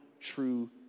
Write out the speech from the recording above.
true